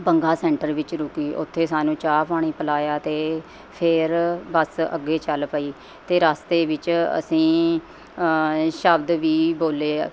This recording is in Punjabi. ਬੰਗਾ ਸੈਂਟਰ ਵਿੱਚ ਰੁਕੀ ਉੱਥੇ ਸਾਨੂੰ ਚਾਹ ਪਾਣੀ ਪਿਲਾਇਆ ਅਤੇ ਫਿਰ ਬੱਸ ਅੱਗੇ ਚੱਲ ਪਈ ਅਤੇ ਰਸਤੇ ਵਿੱਚ ਅਸੀਂ ਸ਼ਬਦ ਵੀ ਬੋਲੇ